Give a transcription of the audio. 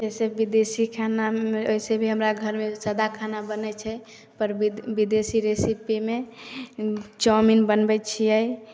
जइसे विदेशी खानामे अइसे भी हमरा घरमे सादा खाना बनै छै पर विद् विदेशी रेसिपीमे चाऊमीन बनबै छियै